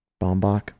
Bombach